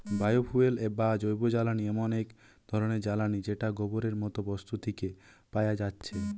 bio fuel বা জৈবজ্বালানি এমন এক ধরণের জ্বালানী যেটা গোবরের মতো বস্তু থিকে পায়া যাচ্ছে